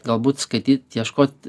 galbūt skaityt ieškot